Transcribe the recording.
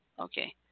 Okay